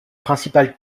principales